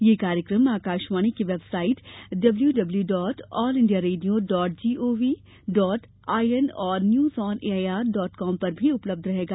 यह कार्यक्रम आकाशवाणी की website W W W W dot all India radio dot GOV dot I N और news on AIR dot com पर भी उपलब्ध रहेगा